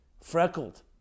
Freckled